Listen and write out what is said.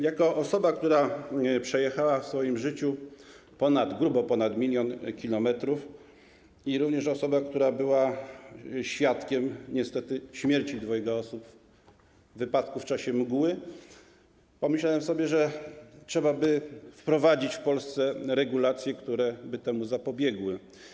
Jako osoba, która przejechała w swoim życiu grubo ponad 1 mln km, jak również osoba, która była świadkiem niestety śmierci dwojga osób w wypadku w czasie mgły, pomyślałem sobie, że trzeba by wprowadzić w Polsce regulacje, które by temu zapobiegły.